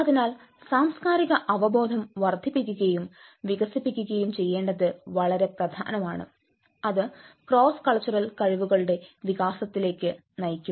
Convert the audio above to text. അതിനാൽ സാംസ്കാരിക അവബോധം വർദ്ധിപ്പിക്കുകയും വികസിപ്പിക്കുകയും ചെയ്യേണ്ടത് വളരെ പ്രധാനമാണ് അത് ക്രോസ് കൾച്ചറൽ കഴിവുകളുടെ വികാസത്തിലേക്ക് നയിക്കും